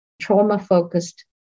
trauma-focused